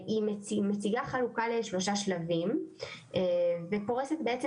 היא מציגה חלוקה לשלושה שלבים ופורסת בעצם